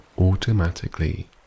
automatically